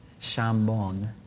Chambon